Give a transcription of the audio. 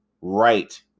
right